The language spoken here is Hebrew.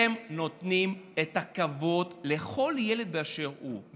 הם נותנים את הכבוד לכל ילד באשר הוא,